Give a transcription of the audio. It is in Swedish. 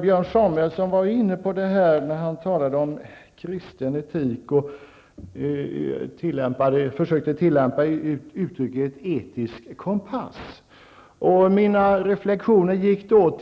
Björn Samuelson var inne på det när han talade om kristen etik, och han använde uttrycket etisk kompass. Mina reflexioner gällde då